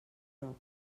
prop